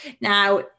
Now